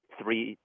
three